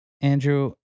Andrew